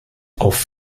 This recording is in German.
auf